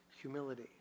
humility